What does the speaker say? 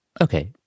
Okay